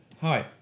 Hi